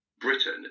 Britain